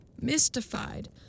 Mystified